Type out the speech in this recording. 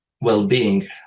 well-being